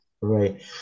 Right